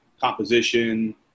composition